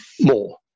more